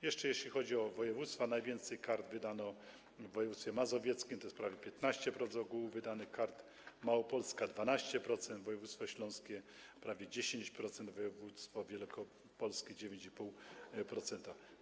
Jeśli chodzi o województwa, najwięcej kart wydano w województwie mazowieckim, prawie 15% ogółu wydanych kart, Małopolska - 12%, województwo śląskie - prawie 10%, województwo wielkopolskie - 9,5%.